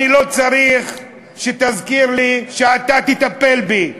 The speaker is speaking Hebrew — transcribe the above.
אני לא צריך שתזכיר לי שאתה תטפל בי.